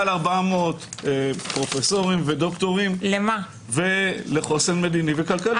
מעל 400 פרופסורים ודוקטורים לחוסן מדיני וכלכלי.